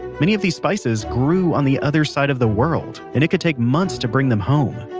many of these spices grew on the other side of the world and it could take months to bring them home.